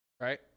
Right